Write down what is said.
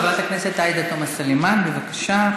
חברת הכנסת עאידה תומא סלימאן, בבקשה.